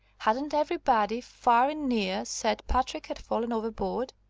hadn't everybody, far and near, said patrick had fallen overboard.